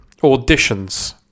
auditions